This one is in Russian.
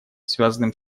связанным